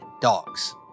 dogs